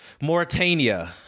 Mauritania